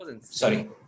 sorry